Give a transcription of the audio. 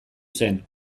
zen